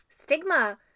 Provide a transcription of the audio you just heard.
stigma